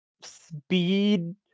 speed